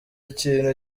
ikintu